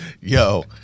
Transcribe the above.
Yo